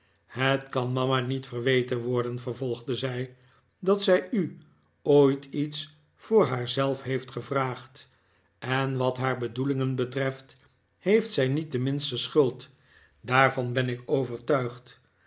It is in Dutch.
het kan mama niet verweten worden vervolgde zij dat zij u ooit iets voor haar zelf heeft gevraagd en wat haar bedoelingen betreft heeft zij niet de minste schuld daarvan ben ik overtuigd